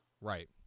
right